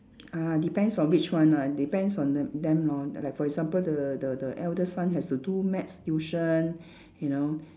ah depends on which one ah depends on the~ them lor like for example the the the eldest son has to do math tuition you know